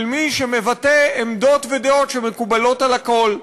מי שמבטא עמדות ודעות שמקובלות על הכול.